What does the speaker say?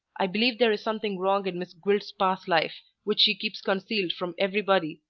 i believe there is something wrong in miss gwilt's past life which she keeps concealed from everybody,